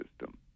system